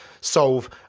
solve